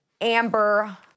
Amber